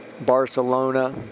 Barcelona